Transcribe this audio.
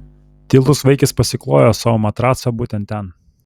tylus vaikis pasiklojo savo matracą būtent ten